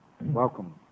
welcome